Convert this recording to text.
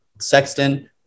Sexton